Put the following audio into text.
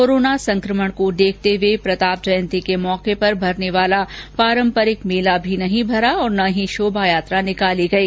corona virus के फैलाव को देखते हुए प्रताप जयंती के मौके पर भरने वाला पारम्परिक मेला भी नहीं भरा और न ही शोभा यात्रा नहीं निकाली गयी